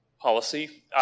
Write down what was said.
policy